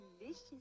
delicious